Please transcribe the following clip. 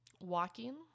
Walking